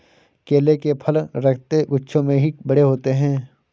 केले के फल लटकते गुच्छों में ही बड़े होते है